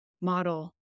model